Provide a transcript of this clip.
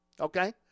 okay